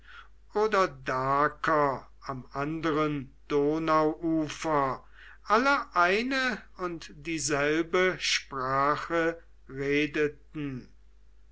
oder daker am anderen donauufer alle eine und dieselbe sprache redeten